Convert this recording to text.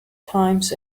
times